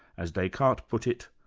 as descartes put it,